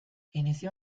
inició